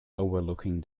overlooking